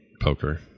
poker